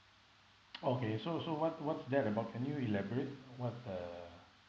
okay so so what what's that about can you elaborate what's the